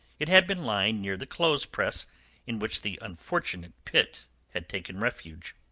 it had been lying near the clothes-press in which the unfortunate pitt had taken refuge.